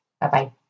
Bye-bye